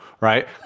right